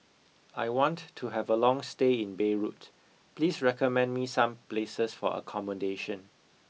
I want to have a long stay in Beirut please recommend me some places for accommodation